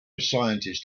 scientist